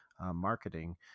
marketing